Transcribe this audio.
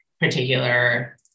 particular